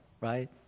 right